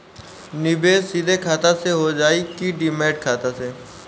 निवेश सीधे खाता से होजाई कि डिमेट खाता से?